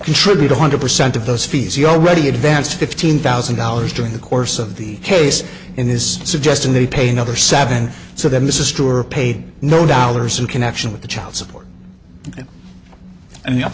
contribute one hundred percent of those fees you already advanced fifteen thousand dollars during the course of the case in this suggesting they pay another seven so then this is true or paid no doubt or some connection with the child support and you